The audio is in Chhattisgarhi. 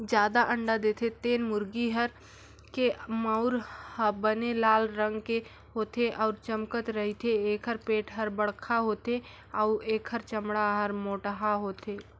जादा अंडा देथे तेन मुरगी के मउर ह बने लाल रंग के होथे अउ चमकत रहिथे, एखर पेट हर बड़खा होथे अउ एखर चमड़ा हर मोटहा होथे